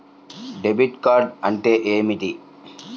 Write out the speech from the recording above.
Debit card అంటే ఏమిటి?